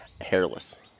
Hairless